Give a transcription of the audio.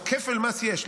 אז כפל מס יש,